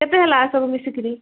କେତେ ହେଲା ସବୁ ମିଶିକିରି